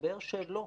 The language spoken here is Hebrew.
ומסתבר שלא.